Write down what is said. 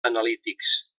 analítics